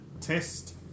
test